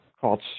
called